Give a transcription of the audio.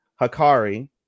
Hakari